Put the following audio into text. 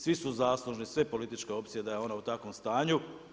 Svi su zaslužni, sve političke opcije da je ona u takvom stanju.